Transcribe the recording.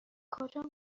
کجا